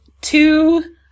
two